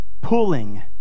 pulling